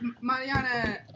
Mariana